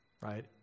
right